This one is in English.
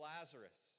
Lazarus